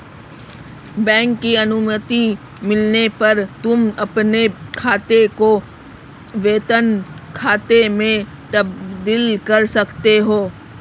bank की अनुमति मिलने पर तुम अपने खाते को वेतन खाते में तब्दील कर सकते हो